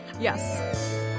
Yes